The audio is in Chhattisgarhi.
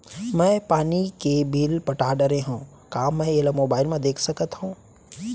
मैं पानी के बिल पटा डारे हव का मैं एला मोबाइल म देख सकथव?